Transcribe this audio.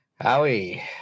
Howie